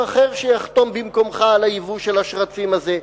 אחר שיחתום במקומך על הייבוא של השרצים הזה,